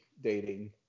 dating